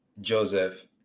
Joseph